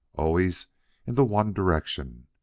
always in the one direction.